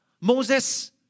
Moses